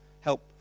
help